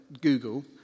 google